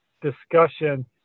discussion